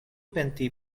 penti